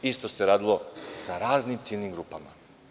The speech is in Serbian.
Isto se radilo sa raznim ciljnim grupama.